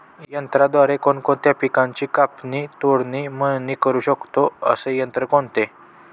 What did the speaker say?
यंत्राद्वारे कोणकोणत्या पिकांची कापणी, तोडणी, मळणी करु शकतो, असे यंत्र कोणते?